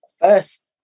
First